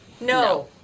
No